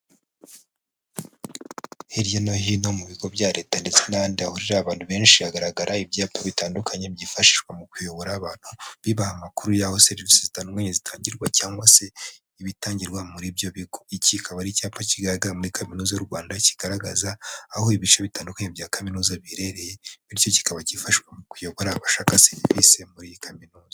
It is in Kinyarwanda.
Hirya no hino mu bigo bya leta ndetse n'ahandi hahurira abantu benshi, hagaragara ibyapa bitandukanye byifashishwa mu kuyobora abantu, bibaha amakuru y'aho serivisi zitangirwa cyangwa se ibitangirwa muri ibyo bigo, iki kaba ari icyapa kigaragara muri Kaminuza y'u Rwanda, kigaragaza aho ibice bitandukanye bya Kaminuza biherereye, bityo kikaba kifashishwa mu kuyobora abashaka serivisi muri iyi Kaminuza.